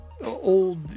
old